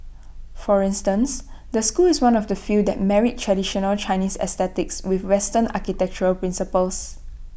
for instance the school is one of the few that married traditional Chinese aesthetics with western architectural principles